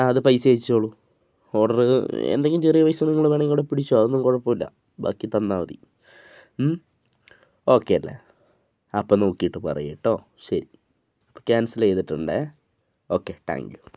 ആ അത് പൈസ അയച്ചോളൂ ഓർഡർ എന്തെങ്കിലും ചെറിയ പൈസ നിങ്ങൾ വേണമെങ്കിൽ അവിടെ പിടിച്ചോ അതൊന്നും കുഴപ്പമില്ല ബാക്കി തന്നാൽ മതി ഓക്കേ അല്ലേ അപ്പോൾ നോക്കിയിട്ട് പറയൂ കേട്ടോ ശരി അപ്പം ക്യാൻസൽ ചെയ്തിട്ടുണ്ടേ ഓക്കെ താങ്ക് യൂ